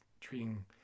treating